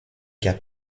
cas